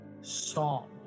song